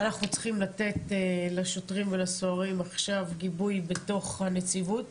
אנחנו צריכים לתת לשוטרים ולסוהרים עכשיו גיבוי בתוך הנציבות